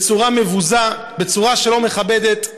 בצורה מבוזה, בצורה שלא מכבדת.